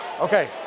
Okay